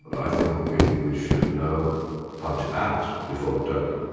but i think we we should know how to act before dubbing